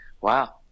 wow